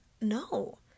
No